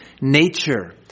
nature